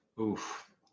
oof